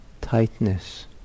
tightness